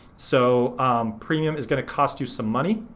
so premium is gonna cost you some money.